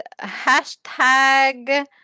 hashtag